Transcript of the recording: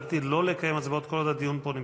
הוריתי לא לקיים הצבעות כל עוד הדיון פה נמשך.